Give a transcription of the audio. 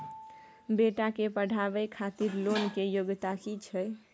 बेटा के पढाबै खातिर लोन के योग्यता कि छै